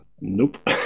Nope